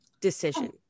decision